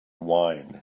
wine